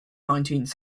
nineteenth